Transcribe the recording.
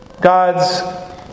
God's